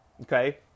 okay